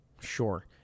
Sure